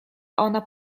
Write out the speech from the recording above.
ona